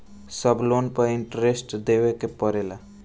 सब लोन पर इन्टरेस्ट देवे के पड़ेला?